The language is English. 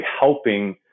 helping